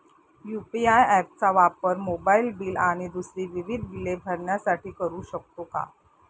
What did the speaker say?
UPI app चा वापर mobile bill आणि दुसरी विविध बिले भरण्यासाठी करू शकतो का?